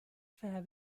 fair